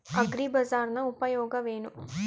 ಅಗ್ರಿಬಜಾರ್ ನ ಉಪಯೋಗವೇನು?